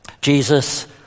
Jesus